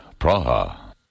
Praha